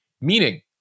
meaning